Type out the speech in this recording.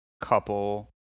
couple